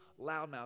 loudmouth